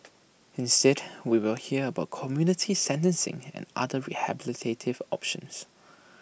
instead we will hear about community sentencing and other rehabilitative options